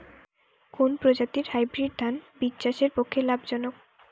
কোন প্রজাতীর হাইব্রিড ধান বীজ চাষের পক্ষে লাভজনক?